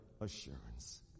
assurance